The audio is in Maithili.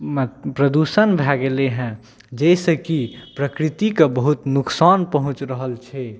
प्रदूषण भऽ गेलै हँ जाहिसँ कि प्रकृतिके बहुत नोकसान पहुँच रहल छै